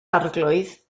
arglwydd